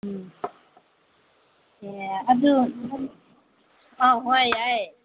ꯎꯝ ꯑꯦ ꯑꯗꯨ ꯍꯣꯏ ꯌꯥꯏ